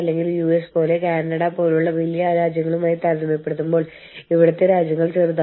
അല്ലെങ്കിൽ കുട്ടികൾ ജോലി ചെയ്യുന്ന കുടിൽ വ്യവസായങ്ങളിൽ നിന്ന് അവരുടെ പരവതാനികൾ ലഭിക്കുന്നു എന്ന് കണ്ടെത്തി